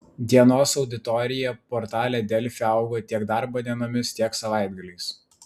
dienos auditorija portale delfi augo tiek darbo dienomis tiek savaitgaliais